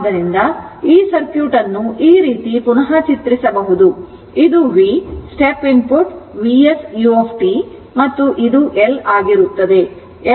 ಆದ್ದರಿಂದ ಈ ಸರ್ಕ್ಯೂಟ್ ಅನ್ನು ಈ ರೀತಿ ಪುನಃ ಚಿತ್ರಿಸಬಹುದು ಇದು V step input Vs u ಮತ್ತು ಇದು L ಆಗಿರುತ್ತದೆ